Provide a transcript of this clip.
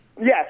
Yes